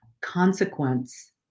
consequence